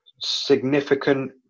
significant